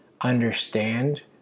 understand